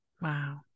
Wow